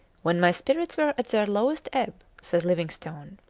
when my spirits were at their lowest ebb, says livingstone,